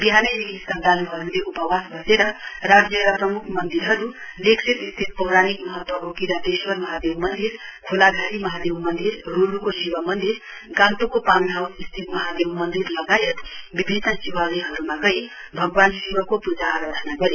बिहानैदेखि श्रद्वालुहरूले उपवास बसैर राज्यका प्रमुख मन्दिरहरू लेग्सेपस्थित पौराणिक महत्वको किरातेश्वर महादेव मन्दिर खोलाघारी महादेव मन्दिर रोलुको शिव मन्दिर गान्तोकको पानी हाउस स्थित महादेव मन्दिर लगायत विभिन्न शिवालयहरूमा गई भगवान् शिवको पूजा आराधना गरे